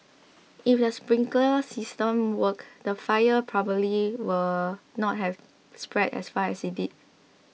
if the sprinkler system worked the fire probably will not have spread as fast as it did